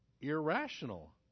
irrational